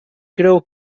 creu